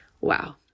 Wow